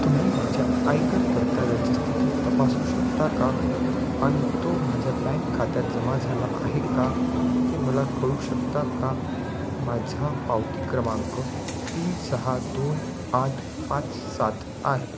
तुम्ही माझ्या आयकर परताव्याची स्थिती तपासू शकता का आणि तो माझ्या बँक खात्यात जमा झाला आहे का ते मला कळवू शकता का माझा पावती क्रमांक तीन सहा दोन आठ पाच सात आहे